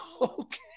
Okay